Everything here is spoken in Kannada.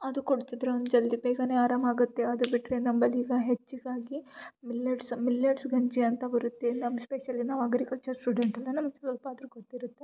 ಅದು ಕೊಡ್ತಿದ್ರೆ ಅಂದ ಜಲ್ದಿ ಬೇಗ ಅರಾಮ್ ಆಗುತ್ತೆ ಅದು ಬಿಟ್ಟರೆ ನಂಬಲ್ಲಿ ಈಗ ಹೆಚ್ಚಿಗಾಗಿ ಮಿಲ್ಲೆಟ್ಸ್ ಮಿಲ್ಲೆಟ್ಸ್ ಗಂಜಿ ಅಂತ ಬರುತ್ತೆ ನಮ್ಮ ಸ್ಪೆಷಲ್ ನಾವು ಅಗ್ರಿಕಲ್ಚರ್ ಸ್ಟುಡೆಂಟ್ ಅಲ್ಲ ನಮ್ಗೆ ಸ್ವಲ್ಪ ಆದರು ಗೊತ್ತಿರುತ್ತೆ